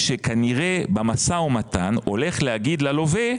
שכנראה במשא ומתן הולך להגיד ללווה,